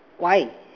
why